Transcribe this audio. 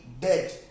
dead